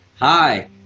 Hi